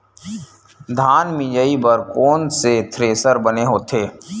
धान मिंजई बर कोन से थ्रेसर बने होथे?